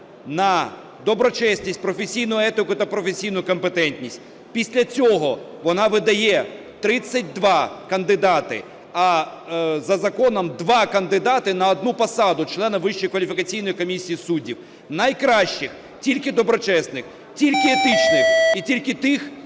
на доброчесність, професійну етику та професійну компетентність. Після цього вона видає 32 кандидати, а за законом 2 кандидати на одну посаду члена Вищої кваліфікаційної комісії суддів, найкращих, тільки доброчесних, тільки етичних і тільки тих,